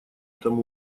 этом